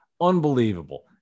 Unbelievable